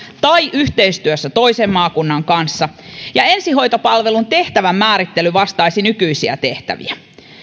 tai yhteistyössä toisen maakunnan kanssa ja ensihoitopalvelun tehtävän määrittely vastaisi nykyisiä tehtäviä